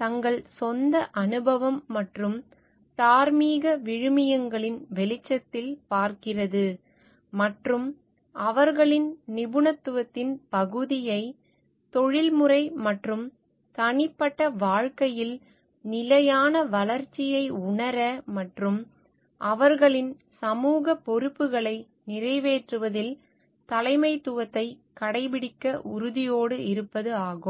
தங்கள் சொந்த அனுபவம் மற்றும் தார்மீக விழுமியங்களின் வெளிச்சத்தில் பார்க்கிறது மற்றும் அவர்களின் நிபுணத்துவத்தின் பகுதியை தொழில்முறை மற்றும் தனிப்பட்ட வாழ்க்கையில் நிலையான வளர்ச்சியை உணர மற்றும் அவர்களின் சமூக பொறுப்புகளை நிறைவேற்றுவதில் தலைமைத்துவத்தை கடைப்பிடிக்க உறுதியோடு இருப்பது ஆகும்